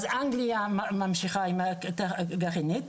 אז אנגליה ממשיכה עם אנרגיה גרעינית,